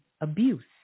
abuse